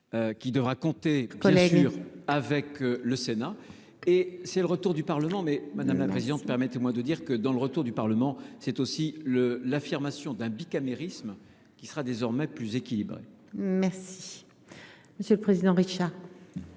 qui devra compter sur avec le Sénat et c'est le retour du Parlement mais madame la présidente, permettez-moi de dire que dans le retour du Parlement, c'est aussi le l'affirmation d'un bicamérisme qui sera désormais plus équilibré. Merci monsieur le président, Richard.